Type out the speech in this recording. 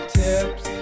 tips